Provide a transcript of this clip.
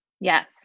Yes